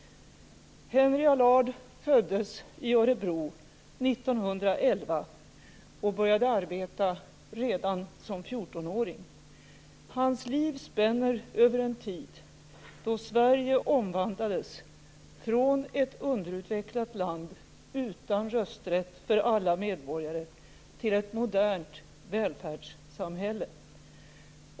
Henry Allard föddes i Örebro 1911 och började arbeta redan som fjortonåring. Hans liv spänner över en tid då Sverige omvandlades från ett underutvecklat land utan rösträtt för alla medborgare till ett modernt välfärdssamhälle.